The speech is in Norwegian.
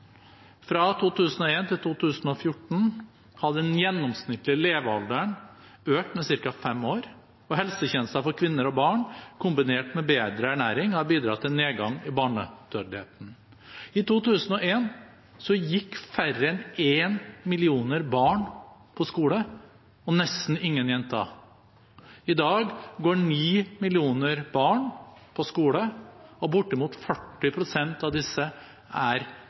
Fra 2001 til 2014 hadde den gjennomsnittlige levealderen økt med ca. fem år, og helsetjenester for kvinner og barn kombinert med bedre ernæring har bidratt til nedgang i barnedødeligheten. I 2001 gikk færre enn en million barn på skole, og nesten ingen jenter. I dag går ni millioner barn på skole, og bortimot 40 pst. av disse er